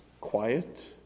quiet